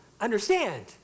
understand